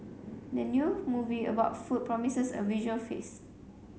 the new movie about food promises a visual feast